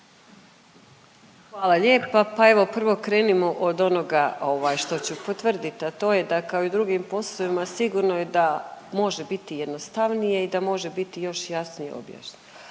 Hvala lijepa, pa evo prvo krenimo od onoga ovaj što ću potvrditi, a to je da kao i u drugim poslovima sigurno da može biti jednostavnije i da može biti još jasnije objašnjeno,